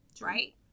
right